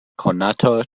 konato